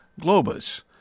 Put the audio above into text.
Globus